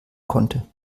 konnte